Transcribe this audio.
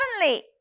heavenly